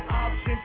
options